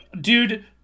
dude